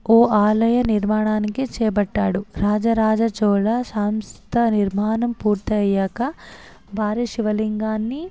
ఓ ఆలయ నిర్మాణాన్ని చేపట్టాడు రాజరాజ చోళ సంస్థ నిర్మాణం పూర్తయ్యాక భారీ శివలింగాన్ని